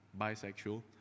bisexual